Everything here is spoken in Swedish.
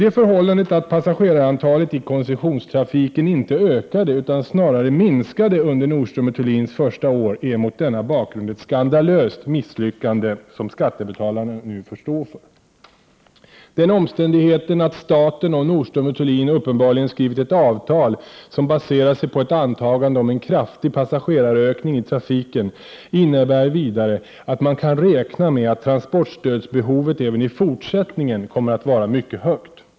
Det förhållandet att passagerarantalet i koncessionstrafiken inte ökade utan snarare minskade under Nordström & Thulins första år är mot denna bakgrund ett skandalöst misslyckande, som skattebetalarna nu får stå för. Den omständigheten att staten och Nordström & Thulin uppenbarligen skrivit ett avtal som baserar sig på ett antagande om en kraftig passagerarökning i trafiken innebär vidare att man kan räkna med att transportstödsbehovet även i fortsättningen kommer att vara mycket högt.